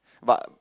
but